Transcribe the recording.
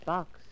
Box